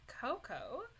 Coco